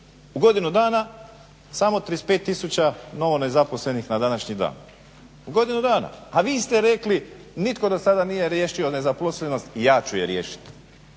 U godinu dana samo 35000 novo nezaposlenih na današnji dan, u godinu dana. A vi ste rekli nitko do sada nije riješio nezaposlenost, ja ću je riješiti.